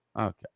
Okay